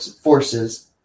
forces